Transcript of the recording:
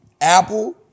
Apple